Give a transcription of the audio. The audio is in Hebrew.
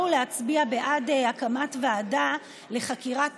לבוא ולהצביע בעד הקמת ועדה לחקירת